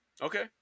Okay